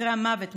מקרי המוות,